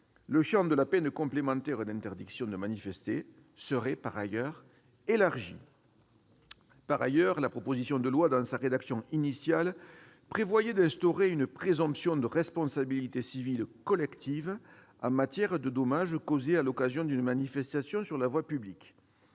Le champ de la peine complémentaire d'interdiction de manifester serait par ailleurs élargi. Par ailleurs, la proposition de loi, dans sa rédaction initiale, prévoyait d'instaurer une présomption de responsabilité civile collective en matière de dommages causés à l'occasion d'une manifestation sur la voie publique.